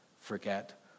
forget